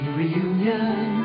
reunion